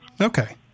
Okay